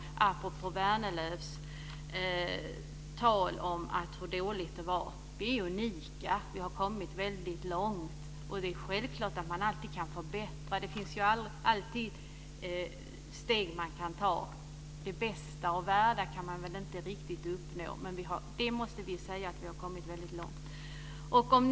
Detta säger jag apropå Vänerlövs tal om hur dåligt det är. Vi är unika. Vi har kommit väldigt långt. Det är självklart att man alltid kan förbättra; det finns alltid steg man kan ta. Den bästa av världar kan vi inte riktigt uppnå, men vi måste säga att vi har kommit väldigt långt.